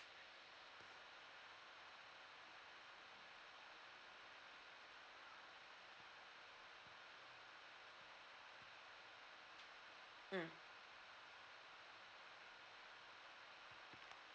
mm